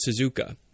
Suzuka